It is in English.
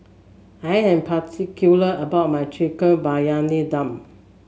I am particular about my Chicken Briyani Dum